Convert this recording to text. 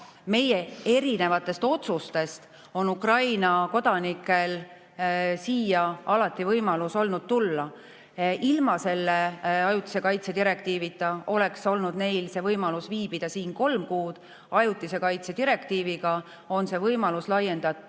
meie erinevatest otsustest on Ukraina kodanikel alati olnud võimalus siia tulla. Ilma selle ajutise kaitse direktiivita oleks neil olnud võimalus viibida siin kolm kuud. Ajutise kaitse direktiiviga on see võimalus laiendatud